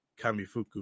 Kamifuku